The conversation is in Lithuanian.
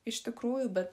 iš tikrųjų bet